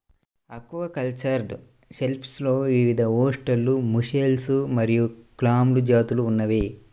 aquacultured షెల్ఫిష్లో వివిధఓస్టెర్, mussel మరియు క్లామ్ జాతులు ఉన్నాయి